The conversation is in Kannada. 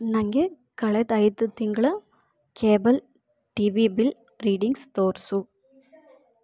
ನನಗೆ ಕಳೆದ ಐದು ತಿಂಗಳ cable T V bill readings ತೋರಿಸು